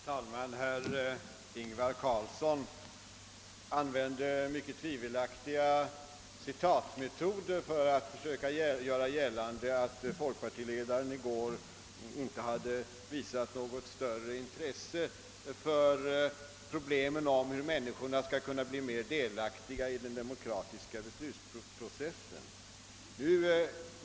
Herr talman! Herr Ingvar Carlsson använder mycket tvivelaktiga citatmetoder för att försöka göra gällande att folkpartiledaren i går inte hade visat något större intresse för problemen om hur människorna skall kunna bli mer delaktiga i den demokratiska beslutsprocessen.